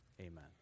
amen